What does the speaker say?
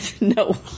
No